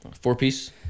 Four-piece